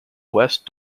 west